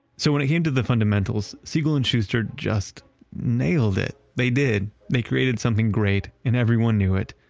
so when it came to the fundamentals, siegel and shuster just nailed it. they did, they created something great and everyone knew it.